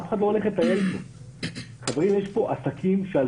אף אחד לא הולך לטייל פה.